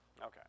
Okay